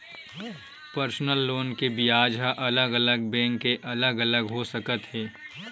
personal loan के बियाज ह अलग अलग बैंक के अलग अलग हो सकत हे